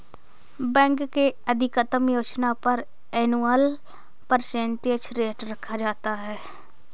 bank के अधिकतम योजना पर एनुअल परसेंटेज रेट रखा जाता है